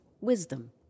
wisdom